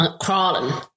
crawling